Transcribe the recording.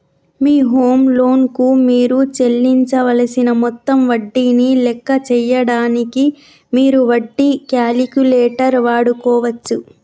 మీ home loan కు మీరు చెల్లించవలసిన మొత్తం వడ్డీని లెక్క చేయడానికి మీరు వడ్డీ క్యాలిక్యులేటర్ వాడుకోవచ్చు